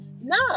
No